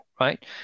right